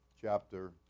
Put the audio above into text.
chapter